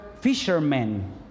fishermen